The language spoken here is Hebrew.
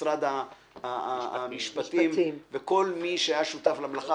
במשרד המשפטים ולכל מי שהיה שותף למלאכה.